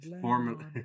formerly